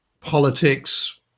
politics